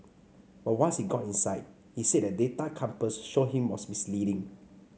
but once he got inside he said the data compass showed him was misleading